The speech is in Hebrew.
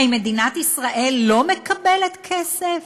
האם מדינת ישראל לא מקבלת כסף,